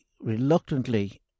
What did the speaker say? reluctantly